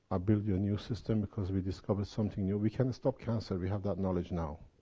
build you a new system, because we discovered something new. we can stop cancer! we have that knowledge now.